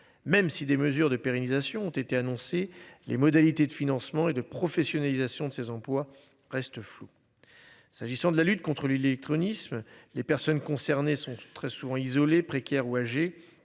Même si des mesures de pérennisation ont été annoncées les modalités de financement et de professionnalisation de ses employes reste. S'agissant de la lutte contre lui l'électronicien. Les personnes concernées sont très souvent isolées précaires ou âgés,